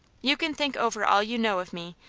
you can think over all you know of me,